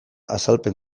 azalpen